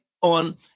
on